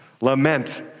lament